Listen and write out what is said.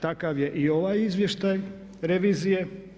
Takav je i ovaj izvještaj revizije.